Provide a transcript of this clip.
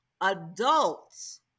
adults